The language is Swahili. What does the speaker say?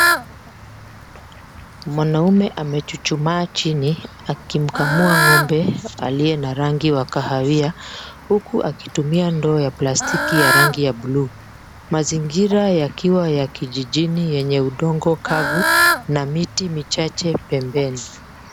Mwanamume amechuchumaa chini akimkamua ng'ombe aliye na rangi wa kahawia, huku akitumia ndoo ya plastiki ya rangi ya buluu. Mazingira yakiwa ya kijijini yenye udongo kavu na miti michache pembeni.